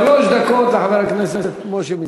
שלוש דקות לחבר הכנסת משה מזרחי.